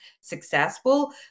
successful